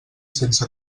sense